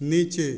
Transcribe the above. नीचे